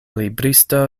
libristo